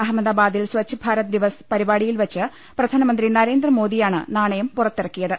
അഹമ്മദാബാദിൽ സ്വച്ഛ് ഭാരത് ദിവസ് പരിപാടിയിൽവെച്ച് പ്രധാനമന്ത്രി നരേന്ദ്രമോദിയാണ് നാണയം പുറത്തിറക്കിയത്